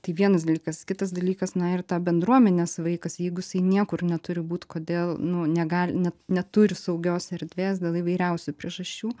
tai vienas dalykas kitas dalykas na ir ta bendruomenės vaikas jeigu jisai niekur neturi būt kodėl nu negali ne neturi saugios erdvės dėl įvairiausių priežasčių